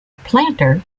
planter